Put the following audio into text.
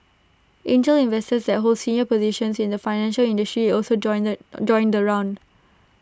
angel investors that hold senior positions in the financial industry also joined the joined the round